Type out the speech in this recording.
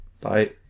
Bye